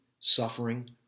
suffering